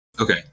Okay